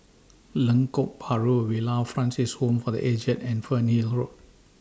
Lengkok Bahru Villa Francis Home For The Aged and Fernhill Road